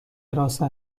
حراست